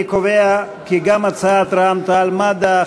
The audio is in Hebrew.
אני קובע כי גם הצעת רע"ם-תע"ל-מד"ע,